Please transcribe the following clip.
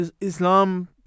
Islam